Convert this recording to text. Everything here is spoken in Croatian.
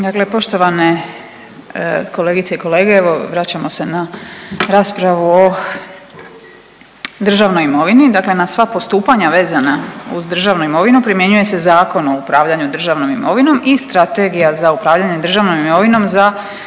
Dakle, poštovane kolegice i kolege evo vraćamo se na raspravu o državnoj imovini, dakle na sva postupanja vezana uz državnu imovinu primjenjuje se Zakon o upravljanju državnom imovinom i Strategija za upravljanje državnom imovinom za